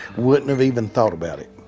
wouldn't have even thought about it.